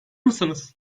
mısınız